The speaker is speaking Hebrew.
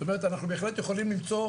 זאת אומרת אנחנו בהחלט יכולים למצוא